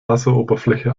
wasseroberfläche